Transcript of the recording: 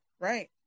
Right